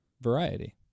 variety